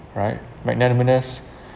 right magnanimous